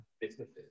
businesses